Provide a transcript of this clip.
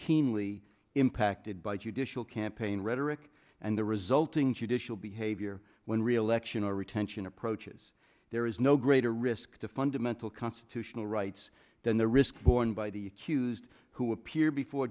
keenly impacted by judicial campaign rhetoric and the resulting judicial behavior when re election or retention approaches there is no greater risk to fundamental constitutional rights than the risk borne by the queues who appear before